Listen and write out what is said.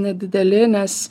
nedideli nes